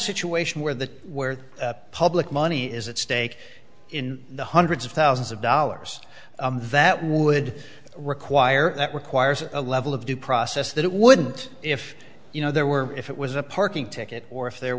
situation where the where public money is at stake in the hundreds of thousands of dollars that would require that requires a level of due process that it wouldn't if you know there were if it was a parking ticket or if there